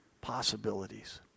possibilities